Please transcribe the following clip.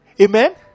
Amen